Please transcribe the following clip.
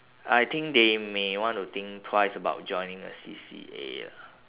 I think they may want to think twice about joining a C_C_A lah